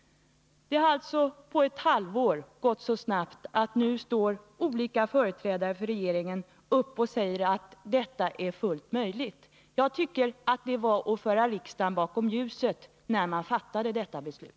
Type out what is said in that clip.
Det har alltså på ett halvår gått så snabbt att olika företrädare för regeringen nu går upp och säger att detta är fullt möjligt. Jag tycker att det var att föra riksdagen bakom ljuset när man fattade detta beslut.